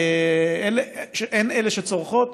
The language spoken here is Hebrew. הן אלה שצורכות